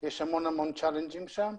יש המון המון אתגרים שם.